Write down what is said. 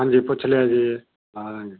ਹਾਂਜੀ ਪੁੱਛ ਲਿਆ ਜੀ ਹਾਂ